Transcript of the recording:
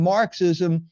Marxism